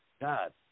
God